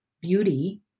beauty